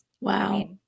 Wow